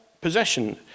possession